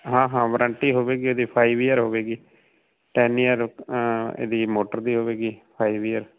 ਹਾਂ ਹਾਂ ਵਰੰਟੀ ਹੋਵੇਗੀ ਉਹਦੀ ਫਾਈਵ ਈਅਰ ਹੋਵੇਗੀ